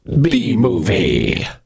B-Movie